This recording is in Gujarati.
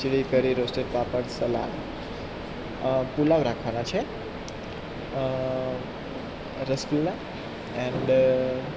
ખીચડી કઢી રોસ્ટેડ પાપડ સલાડ પુલાવ રાખવાના છે રસગુલ્લા એન્ડ